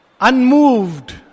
Unmoved